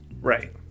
Right